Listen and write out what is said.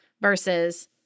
versus